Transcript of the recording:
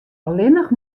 allinnich